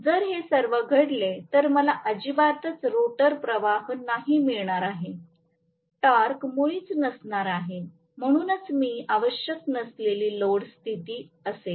जर हे सर्व घडले तर मला अजिबातच रोटर प्रवाह नाही मिळणार आहे टॉर्क मुळीच नसणार आहे म्हणूनच ही आवश्यक नसलेली लोड स्थिती असेल